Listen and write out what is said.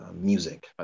music